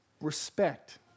respect